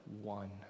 one